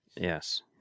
Yes